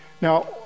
Now